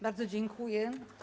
Bardzo dziękuję.